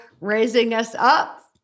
raising-us-up